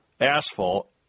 asphalt